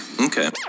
Okay